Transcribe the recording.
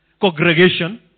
congregation